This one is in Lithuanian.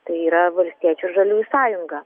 tai yra valstiečių ir žaliųjų sąjunga